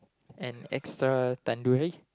and extra tandoori